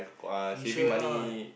you sure not